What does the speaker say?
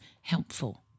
helpful